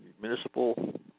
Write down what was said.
municipal